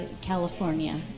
California